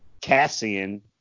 Cassian